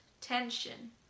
tension